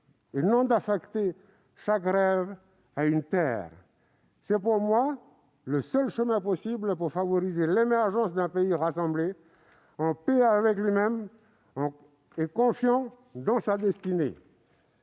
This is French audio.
et non d'affecter chaque rêve à une terre. C'est, selon moi, le seul chemin possible pour favoriser l'émergence d'un pays rassemblé, en paix avec lui-même et confiant en sa destinée.